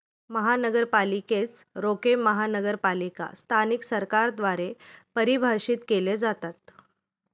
महानगरपालिकेच रोखे महानगरपालिका स्थानिक सरकारद्वारे परिभाषित केले जातात